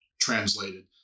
translated